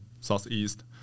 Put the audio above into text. southeast